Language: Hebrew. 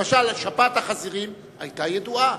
למשל שפעת החזירים היתה ידועה,